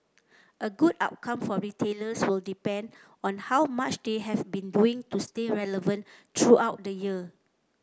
a good outcome for retailers will depend on how much they have been doing to stay relevant throughout the year